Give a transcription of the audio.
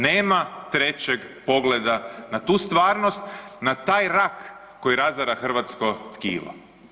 Nema trećeg pogleda na tu stvarnost, na taj rak koji razara hrvatsko tkivo.